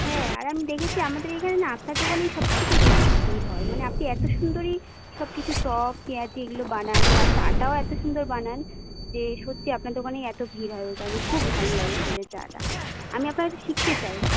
হ্যাঁ আর আমি দেখেছি আমাদের এইখানে না আপনার দোকানেই সবথেকে বেশি ভিড় হয় মানে আপনি এত সুন্দরই সবকিছু চপ পেঁয়াজি এগুলো বানান বা চাটাও এত সুন্দর বানান যে সত্যিই আপনার দোকানেই এত ভিড় হয় ওই কারণে খুব ভালো লাগে খেতে চাটা আমি আপনার কাছে শিখতে চাই